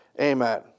Amen